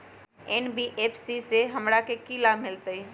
NBFC से हमार की की लाभ मिल सक?